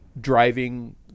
driving